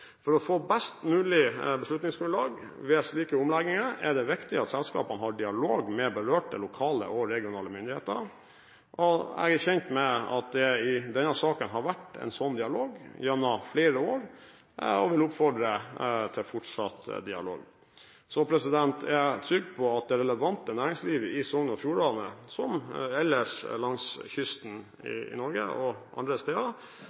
For å få best mulig beslutningsgrunnlag ved slike omlegginger er det viktig at selskapene har dialog med berørte lokale og regionale myndigheter. Jeg er kjent med at det i denne saken har vært en sånn dialog gjennom flere år, og vil oppfordre til fortsatt dialog. Jeg er trygg på at det relevante næringslivet i Sogn og Fjordane, som ellers langs kysten i Norge og andre steder,